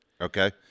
Okay